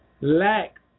lack